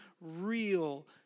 real